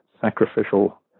sacrificial